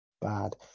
bad